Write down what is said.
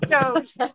shows